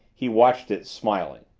he watched it, smiling.